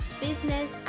business